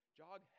jog